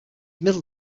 middle